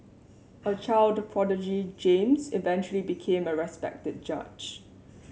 a child prodigy James eventually became a respected judge